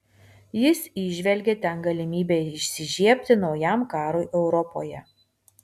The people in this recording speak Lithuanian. jis įžvelgė ten galimybę įsižiebti naujam karui europoje